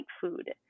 food